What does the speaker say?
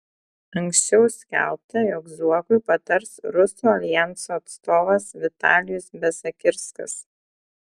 anksčiau skelbta jog zuokui patars rusų aljanso atstovas vitalijus besakirskas